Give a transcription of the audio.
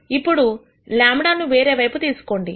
ఇప్పుడు λ ను వేరే వైపు తీసుకోండి